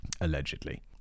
Allegedly